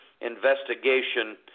investigation